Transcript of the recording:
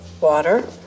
water